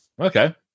Okay